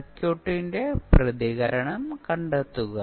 സർക്യൂട്ടിന്റെ പ്രതികരണം കണ്ടെത്തുക